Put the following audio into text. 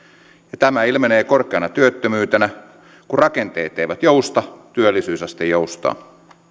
ja tämä ilmenee korkeana työttömyytenä kun rakenteet eivät jousta työllisyysaste joustaa